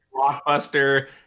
blockbuster